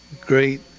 great